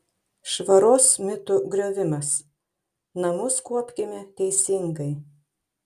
švaros mitų griovimas namus kuopkime teisingai